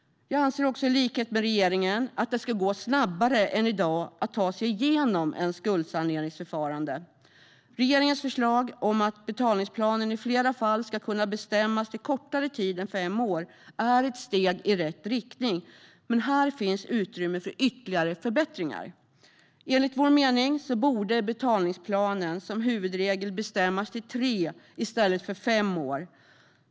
Jag anser i likhet med regeringen att det ska gå snabbare än i dag att ta sig igenom ett skuldsaneringsförfarande. Regeringens förslag om att betalningsplanen i fler fall ska kunna bestämmas till kortare tid än fem år är ett steg i rätt riktning, men här finns det utrymme för ytterligare förbättringar. Enligt vår mening borde betalningsplanen som huvudregel bestämmas till tre i stället för fem år.